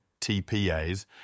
TPAs